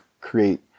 create